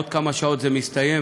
עוד כמה שעות זה מסתיים,